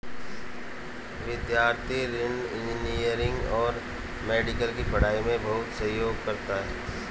विद्यार्थी ऋण इंजीनियरिंग और मेडिकल की पढ़ाई में बहुत सहयोग करता है